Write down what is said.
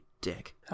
dick